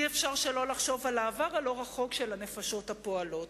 אי-אפשר שלא לחשוב על העבר הלא-רחוק של הנפשות הפועלות.